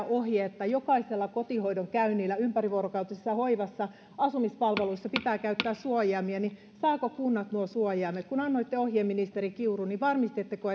ohje että jokaisella kotihoidon käynnillä ympärivuorokautisessa hoivassa asumispalveluissa pitää käyttää suojaimia niin saavatko kunnat nuo suojaimet kun annoitte ohjeen ministeri kiuru niin varmistitteko